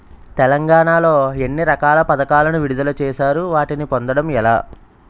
తెలంగాణ లో ఎన్ని రకాల పథకాలను విడుదల చేశారు? వాటిని పొందడం ఎలా?